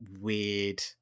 weird